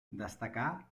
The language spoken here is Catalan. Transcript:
destacà